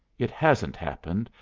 it hasn't happened,